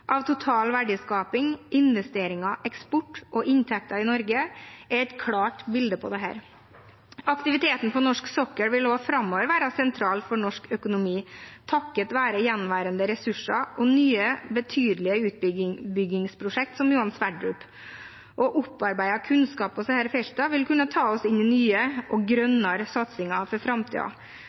av total verdiskaping, investeringer, eksport og inntekter i Norge er et klart bilde på dette. Aktiviteten på norsk sokkel vil også framover være sentral for norsk økonomi, takket være gjenværende ressurser og nye betydelige utbyggingsprosjekt, som Johan Sverdrup. Opparbeidet kunnskap om disse feltene vil kunne ta oss inn i nye og grønnere satsinger for